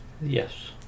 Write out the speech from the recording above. yes